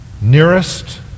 nearest